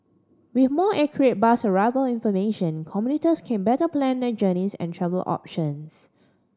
with more accurate bus arrival information commuters can better plan their journeys and travel options